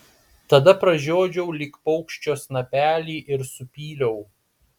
tada pražiodžiau lyg paukščio snapelį ir supyliau